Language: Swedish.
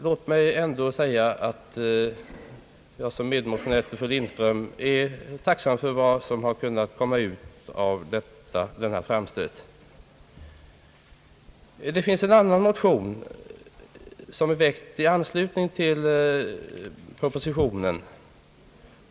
Låt mig ändå säga att jag som fru Lindströms medmotionär är tacksam över vad som har kunnat komma ut av denna framstöt. Det finns en annan motion som har väckts i anslutning till propositionen.